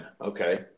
Okay